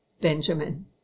Benjamin